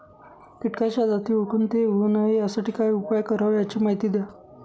किटकाच्या जाती ओळखून ते होऊ नये यासाठी काय उपाय करावे याची माहिती द्या